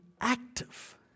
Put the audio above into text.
active